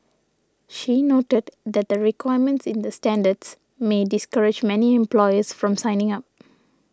she noted that the requirements in the standards may discourage many employers from signing up